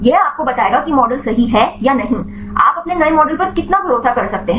यह आपको बताएगा कि आपका मॉडल सही है या नहीं आप अपने नए मॉडल पर कितना भरोसा कर सकते हैं